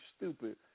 stupid